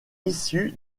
issu